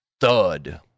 thud